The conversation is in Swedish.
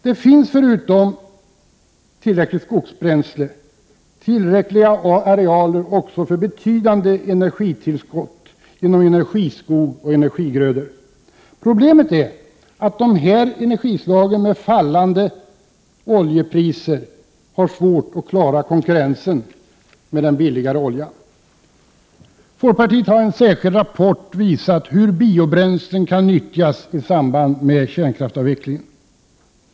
Det finns förutom tillräckligt skogsbränsle också tillräckliga arealer för att få fram betydande energitillskott genom energiskog och energigrödor. Problemet är att de här energislagen med fallande oljepriser har svårt att klara konkurrensen med den billigare oljan. Folkpartiet har i en särskild rapport visat hur biobränslen kan nyttjas i samband med kärnkraftsavvecklingen.